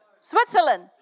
Switzerland